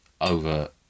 over